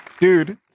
Dude